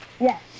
Yes